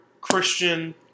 Christian